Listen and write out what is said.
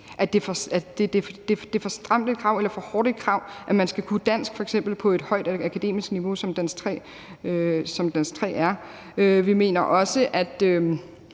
mener f.eks., at det er for hårdt et krav, at man skal kunne dansk på et højt akademisk niveau, som danskprøve 3 er på. Vi mener også, at